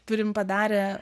turim padarę